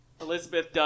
Elizabeth